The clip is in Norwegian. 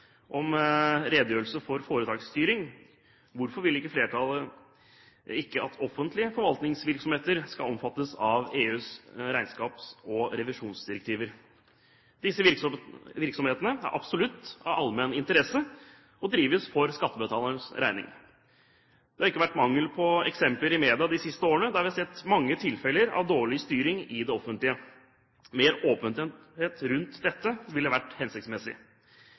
om redegjørelse for foretaksstyring. Hvorfor vil flertallet ikke at offentlige forvaltningsvirksomheter skal omfattes av EUs regnskaps- og revisjonsdirektiver? Disse virksomhetene er absolutt av allmenn interesse og drives for skattebetalernes regning. Det har ikke vært mangel på eksempler i media de siste årene der vi har sett mange tilfeller av dårlig styring i det offentlige. Mer åpenhet rundt dette ville vært hensiktsmessig.